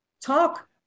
talk